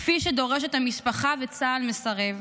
כפי שדורשת המשפחה וצה"ל מסרב.